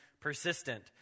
persistent